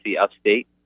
Upstate